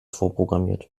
vorprogrammiert